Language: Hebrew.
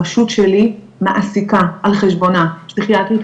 הרשות שלי מעסיקה על חשבונה פסיכיאטרית